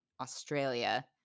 Australia